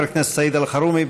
חבר הכנסת סעיד אלחרומי,